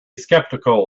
skeptical